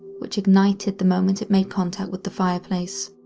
which ignited the moment it made contact with the fireplace.